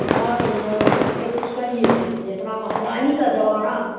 नहीं नहीं उससे कुछ कहिए जे इतना महँगाई का जवाना है